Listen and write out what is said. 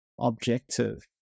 objective